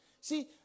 See